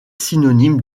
synonyme